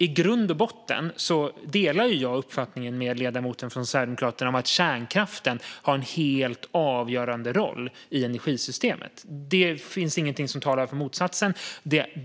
I grund och botten delar jag uppfattningen med ledamoten från Sverigedemokraterna om att kärnkraften har en helt avgörande roll i energisystemet. Det finns ingenting som talar för motsatsen.